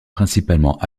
principalement